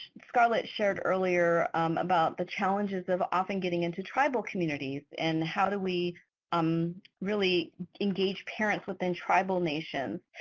scarlett shared earlier about the challenges of often getting into tribal communities and how do we um really engage parents within tribal nations?